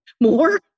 more